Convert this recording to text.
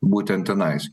būtent tenais